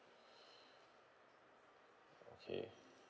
okay